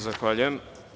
Zahvaljujem.